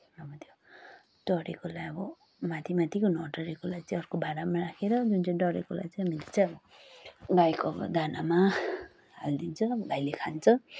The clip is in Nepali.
अब त्यो डढेकोलाई अब माथि माथिको नडढेकोलाई चाहिँ अर्को भाँडामा राखेर जुन चाहिँ डढेकोलाई चाहिँ मिल्छ गाईको अब दानामा हालिदिन्छु गाईले खान्छ